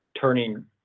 turning